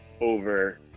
over